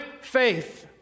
faith